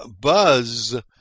BUZZ